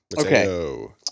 Okay